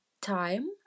time